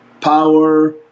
power